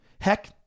Heck